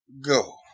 go